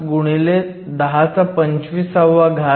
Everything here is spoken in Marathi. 5 x 1025 m 3